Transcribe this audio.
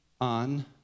on